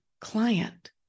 client